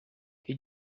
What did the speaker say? que